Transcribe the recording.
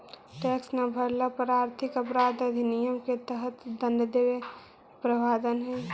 tax न भरला पर आर्थिक अपराध अधिनियम के तहत दंड देवे के प्रावधान हई